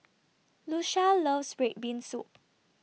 Lucia loves Red Bean Soup